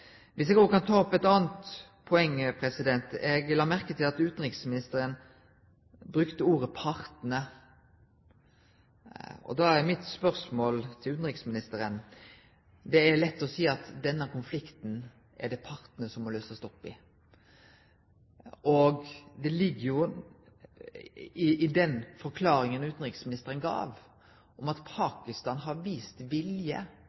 Eg vil òg ta opp eit anna poeng, for eg la merke til at utanriksministeren brukte ordet «partene». Det er lett å seie at det er partane som må løyse opp i denne konflikten – og det ligg i den forklaringa utanriksministeren gav om at Pakistan har vist vilje